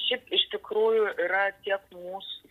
šiaip iš tikrųjų yra tiek mūsų